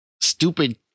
stupid